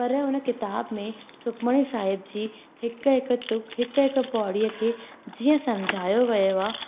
पर हुन किताब में सुखमणी साहिब जी हिकु हिकु तुक हिकु हिकु पौड़ीअ खे जीअं सम्झायो वियो आहे